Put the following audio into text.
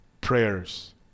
prayers